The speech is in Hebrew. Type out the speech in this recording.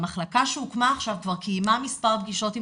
המחלקה שהוקמה עכשיו כבר קיימה מס' פגישות עם